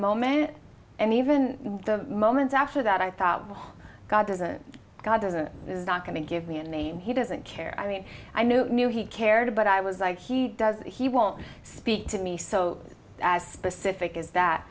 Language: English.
moment and even in the moments after that i thought god isn't god or that is not going to give me a name he doesn't care i mean i knew i knew he cared but i was like he does he won't speak to me so as specific as that